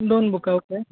दोन बुकां ओके